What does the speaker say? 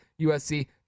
USC